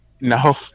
No